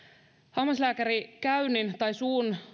hammaslääkärikäynnin tai suun